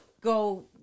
go